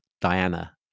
Diana